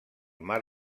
mar